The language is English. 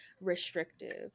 restrictive